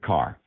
Car